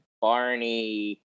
Barney